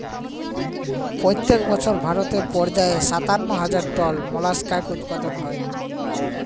পইত্তেক বসর ভারতে পর্যায়ে সাত্তান্ন হাজার টল মোলাস্কাস উৎপাদল হ্যয়